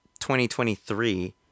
2023